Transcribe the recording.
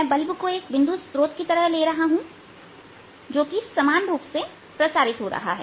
मैं बल्ब को एक बिंदु स्रोत की तरह ले रहा हूं जो कि समान रूप से प्रसारित हो रहा है